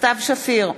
סתיו שפיר,